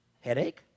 Headache